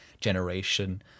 generation